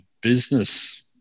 business